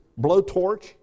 blowtorch